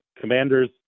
Commanders